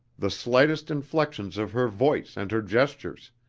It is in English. the slightest inflections of her voice and her gestures,